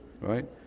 right